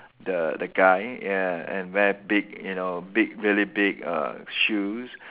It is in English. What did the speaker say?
the the guy ya and wear big you know big really big uh shoes